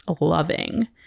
loving